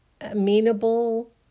amenable